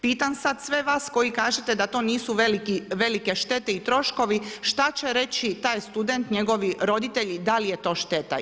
Pitam sad sve vas koji kažete da to nisu velike štete i troškovi šta će reći taj student, njegovi roditelji da li je to šteta.